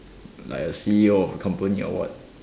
like a C_E_O of a company or what